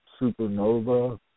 Supernova